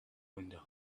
windows